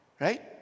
Right